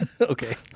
Okay